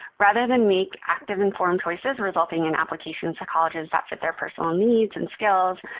rather than make active informed choices resulting in applications to colleges that fit their personal needs and skills,